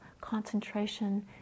concentration